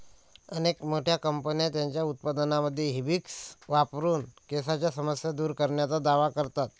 अनेक मोठ्या कंपन्या त्यांच्या उत्पादनांमध्ये हिबिस्कस वापरून केसांच्या समस्या दूर करण्याचा दावा करतात